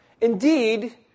Indeed